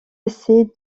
essais